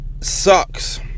sucks